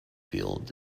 field